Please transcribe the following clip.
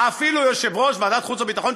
אפילו יושב-ראש ועדת החוץ והביטחון,